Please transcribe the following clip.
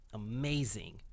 amazing